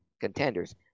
contenders